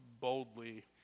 boldly